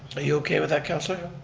you okay with that councilor?